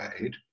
made